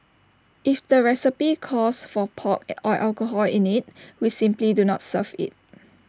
if the recipe calls for pork or alcohol in IT we simply do not serve IT